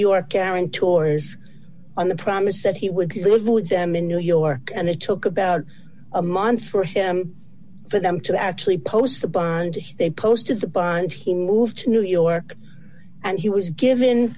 york karen tours on the promise that he would live with them in new york and it took about a month for him for them to actually post the bond they posted the bond he moved to new york and he was given